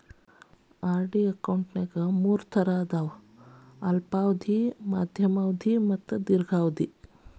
RD ಅಕೌಂಟ್ನ್ಯಾಗ ಮೂರ್ type ಅದಾವ ಅಲ್ಪಾವಧಿ ಮಾಧ್ಯಮ ಅವಧಿ ಮತ್ತ ದೇರ್ಘಾವಧಿ